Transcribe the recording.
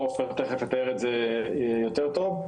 תכף עופר יתאר את זה יותר טוב,